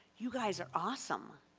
you guys are awesome.